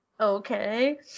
okay